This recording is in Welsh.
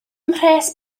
mhres